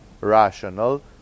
rational